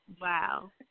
Wow